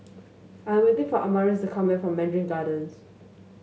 I am waiting for Amaris to come back from Mandarin Gardens